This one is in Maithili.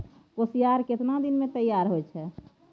कोसियार केतना दिन मे तैयार हौय छै?